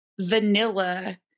vanilla